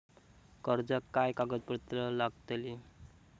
कर्जाक काय कागदपत्र लागतली?